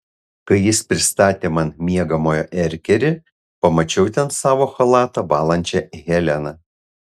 kai jis pristatė man miegamojo erkerį pamačiau ten savo chalatą valančią heleną